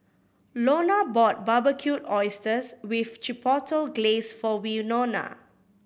Launa bought Barbecued Oysters with Chipotle Glaze for Winona